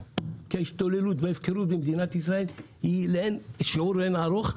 ההשתוללות וההפקרות במדינת ישראל הן לאין שיעור ולאין ערוך,